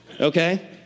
Okay